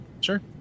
Sure